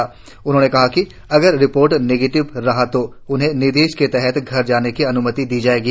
हालांकि उन्होंने कहा कि अगर रिपोर्ट निगेटिव रहा तो उन्हें निर्दोश के तहत घर जाने की अनुमति दी जाएगी